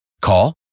Call